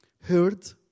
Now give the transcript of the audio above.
heard